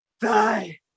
die